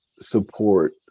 support